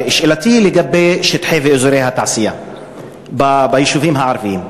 שאלתי היא לגבי שטחי ואזורי התעשייה ביישובים הערביים.